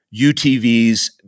UTVs